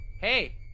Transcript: hey